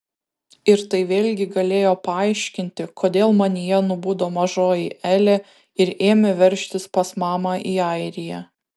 ir tai vėlgi galėjo paaiškinti kodėl manyje nubudo mažoji elė ir ėmė veržtis pas mamą į airiją